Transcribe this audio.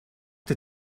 dir